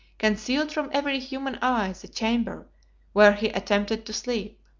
concealed from every human eye the chamber where he attempted to sleep.